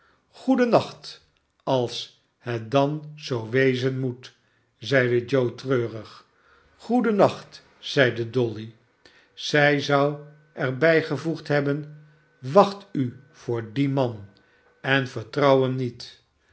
goeden nacht als het dan zoo wezen moet zeide joe treurig goeden nacht zeide dolly zij zou er bijgevoegd hebben wacht u voor dien man en vertrouw hem niet